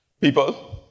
people